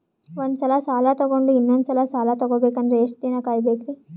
ಒಂದ್ಸಲ ಸಾಲ ತಗೊಂಡು ಇನ್ನೊಂದ್ ಸಲ ಸಾಲ ತಗೊಬೇಕಂದ್ರೆ ಎಷ್ಟ್ ದಿನ ಕಾಯ್ಬೇಕ್ರಿ?